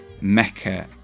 mecca